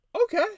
okay